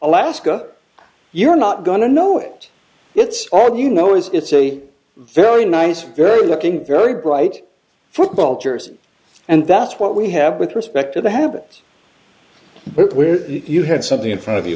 alaska you're not going to know it it's all you know it's a very nice very looking very bright football jersey and that's what we have with respect to the habit but where you had something in front of you